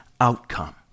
outcome